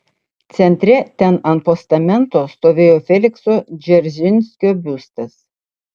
centre ten ant postamento stovėjo felikso dzeržinskio biustas